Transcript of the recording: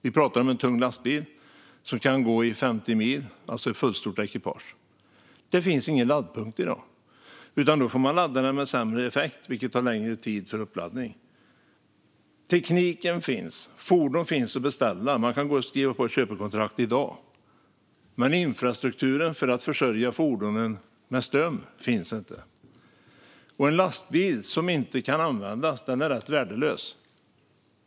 Vi pratar om en tung lastbil som kan gå i 50 mil, alltså ett fullstort ekipage. Det finns ingen laddpunkt i dag, utan då får man ladda den med sämre effekt, vilket tar längre tid. Tekniken finns. Fordon finns att beställa. Man kan gå och skriva på ett köpekontrakt i dag. Men infrastrukturen för att försörja fordonen med ström finns inte. Det blir lite lustigt i den här debatten. En lastbil som inte kan användas är ju rätt värdelös.